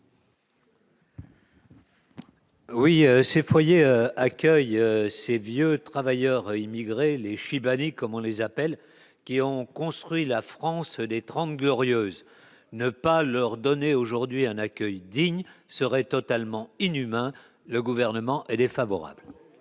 Oui, ces foyers, ces vieux travailleurs immigrés les chibanis, comme on les appelle, qui ont construit la France des 30 glorieuses, ne pas leur donner aujourd'hui un accueil digne serait totalement inhumain, le gouvernement est défavorable.